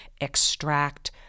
extract